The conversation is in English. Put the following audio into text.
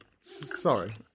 Sorry